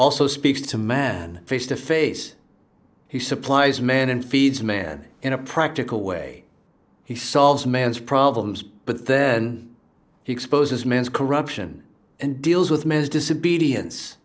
also speaks to man face to face he supplies men and feeds man in a practical way he solves man's problems but then he exposes men's corruption and deals with ms disobedience